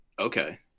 Okay